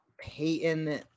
Peyton